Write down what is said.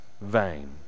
vain